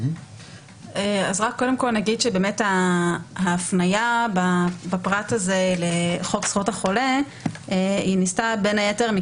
רק נגיד שההפניה בפרט הזה לחוק זכויות החולה נעשתה בין היתר כי